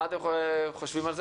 מה אתם חושבים על זה?